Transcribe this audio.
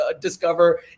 discover